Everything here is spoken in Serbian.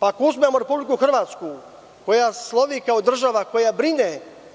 Ako uzmemo Republiku Hrvatsku, koja slovi kao država koja brine